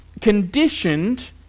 conditioned